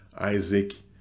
Isaac